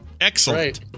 Excellent